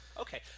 Okay